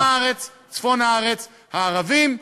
דרום הארץ, צפון הארץ, הערבים,